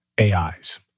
AIs